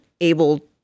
able